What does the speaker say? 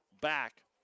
back